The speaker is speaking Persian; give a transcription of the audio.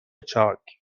چاک